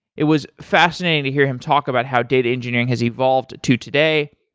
it was fascinating to hear him talk about how data engineering has evolved to today,